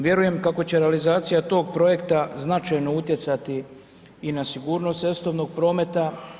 Vjerujem kako će realizacija tog projekta, značajno utjecati i na sigurnost cestovnog prometa.